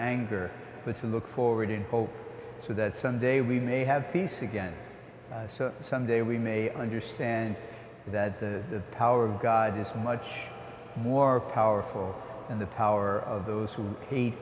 anger but to look forward in hope so that someday we may have peace again someday we may understand that the power of god is much more powerful than the power of those who